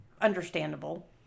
understandable